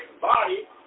body